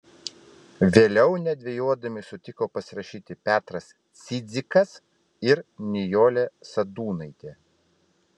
vėliau nedvejodami sutiko pasirašyti petras cidzikas ir nijolė sadūnaitė